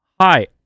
hi